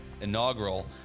inaugural